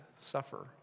suffer